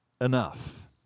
Enough